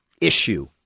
issue